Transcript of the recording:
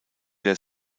der